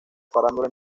farándula